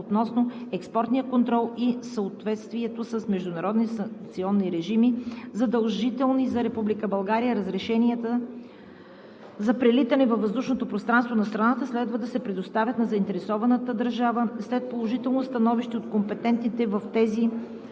относно експортния контрол и съответствието с международни санкционни режими, задължителни за Република България, разрешенията за прелитане във въздушното пространство на страната следва да се предоставят на заинтересованата държава след положително становище от компетентните в тези